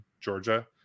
Georgia